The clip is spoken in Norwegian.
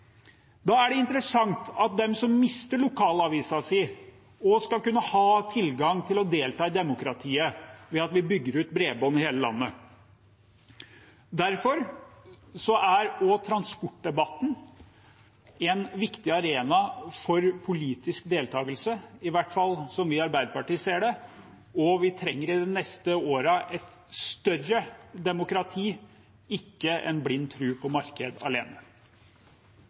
Da er det interessant at de som mister lokalavisen sin, også skal kunne ha tilgang til å kunne delta i demokratiet, ved at vi bygger ut bredbånd i hele landet. Derfor er også transportdebatten en viktig arena for politisk deltakelse, i hvert fall slik vi i Arbeiderpartiet ser det. Og vi trenger de neste årene en større grad av demokrati, ikke en blind tro på marked alene.